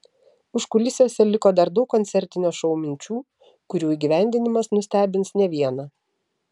užkulisiuose liko dar daug koncertinio šou minčių kurių įgyvendinimas nustebins ne vieną